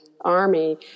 army